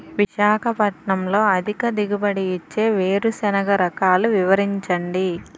విశాఖపట్నంలో అధిక దిగుబడి ఇచ్చే వేరుసెనగ రకాలు వివరించండి?